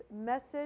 message